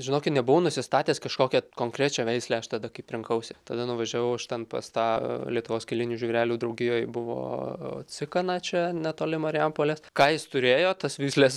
žinokit nebuvau nusistatęs kažkokią konkrečią veislę aš tada kaip rinkausi tada nuvažiavau aš ten pas tą lietuvos kailinių žvėrelių draugijoj buvo cikana čia netoli marijampolės ką jis turėjo tas veisles